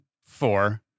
Four